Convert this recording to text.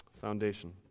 Foundation